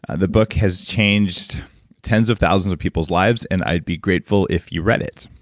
the book has changed tens of thousands of people's lives and i'd be grateful if you read it.